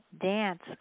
Dance